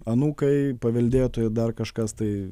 anūkai paveldėtojai dar kažkas tai